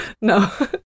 No